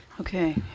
Okay